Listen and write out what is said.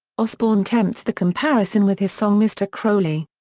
osbourne tempts the comparison with his song mr crowley.